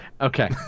Okay